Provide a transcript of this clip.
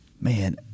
Man